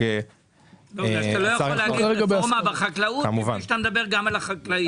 אתה לא יכול לדבר על הרפורמה בחקלאות בלי שאתה מדבר על החקלאים.